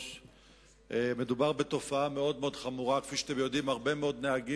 אנחנו נדון בה בוועדת העבודה, הרווחה והבריאות.